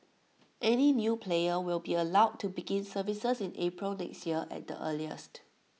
any new player will be allowed to begin services in April next year at the earliest